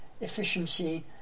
efficiency